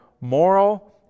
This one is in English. moral